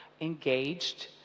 engaged